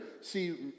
see